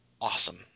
Awesome